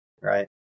right